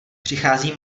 přichází